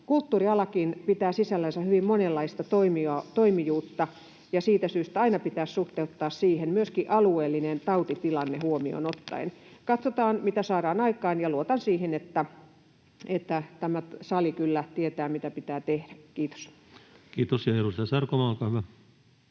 Kulttuurialakin pitää sisällänsä hyvin monenlaista toimijuutta, ja siitä syystä aina pitäisi suhteuttaa siihen, myöskin alueellinen tautitilanne huomioon ottaen. Katsotaan, mitä saadaan aikaan, ja luotan siihen, että tämä sali kyllä tietää, mitä pitää tehdä. — Kiitos.